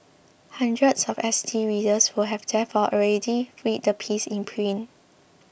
hundreds of S T readers would have therefore already read the piece in print